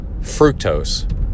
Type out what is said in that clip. fructose